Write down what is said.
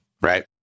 Right